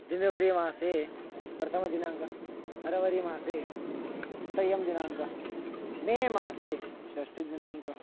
जनवरि मासे प्रथमदिनाङ्कः फरवरि मासे त्रयः दिनाङ्कः मे मासे षष्टदिनाङ्कः